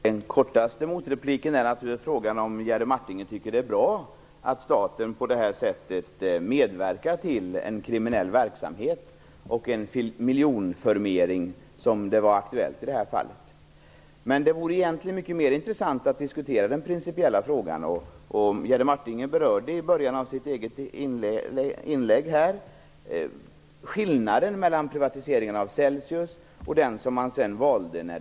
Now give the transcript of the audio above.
Herr talman! Den kortaste motrepliken är naturligtvis att fråga om Jerry Martinger tycker att det är bra att staten på det här sättet medverkar till en kriminell verksamhet och en miljonförmering, som var aktuell i det här fallet. Det vore egentligen mycket mera intressant att diskutera den principiella frågan. Jerry Martinger berörde i början av sitt inlägg skillnaden mellan privatiseringen av Celsius och Assi Domän.